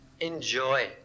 enjoy